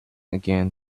again